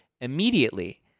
immediately